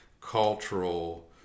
cultural